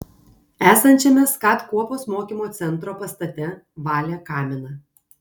esančiame skat kuopos mokymo centro pastate valė kaminą